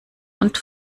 und